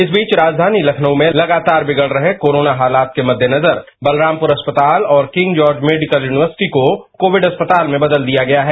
इस बीच राजवानी तखनऊ में लगातार बिगड़ रहे कोरोना हालात के महेनजर बलरमपुर अस्पताल और किंग जॉर्ज मेडिकल यूनिवर्सिटी को कोविड अस्पताल में बदल दिया गया है